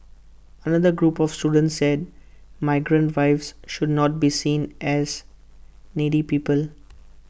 another group of students said migrant wives should not be seen as needy people